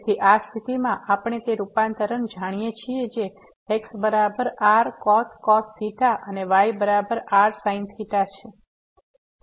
તેથી આ સ્થિતિમાં આપણે તે રૂપાંતર જાણીએ છીએ જે x બરાબર rcos theta અને y બરાબર rsin theta છે